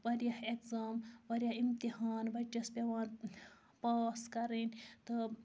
واریاہ ایٚگزام واریاہ امتحان بَچس پٮ۪وان پاس کَرٕنۍ تہٕ